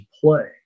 play